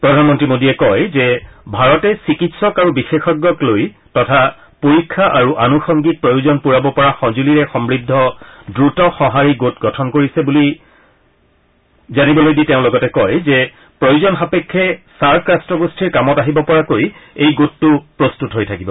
প্ৰধানমন্ত্ৰী মোদীয়ে কয় যে ভাৰতে চিকিৎসক আৰু বিশেষজ্ঞক লৈ তথা পৰীক্ষা আৰু আনুষংগিক প্ৰয়োজন পূৰাব পৰা সঁজুলিৰে সমূদ্ধ দ্ৰত সঁহাৰি গোট গঠন কৰিছে বুলি জানিবলৈ দি তেওঁ লগতে কয় যে প্ৰয়োজন সাপেক্ষে ছাৰ্ক ৰট্টগোষ্ঠীৰ কামত আহিব পৰাকৈ এই গোটটো প্ৰস্তত হৈ থাকিব